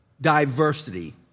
diversity